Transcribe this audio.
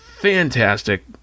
fantastic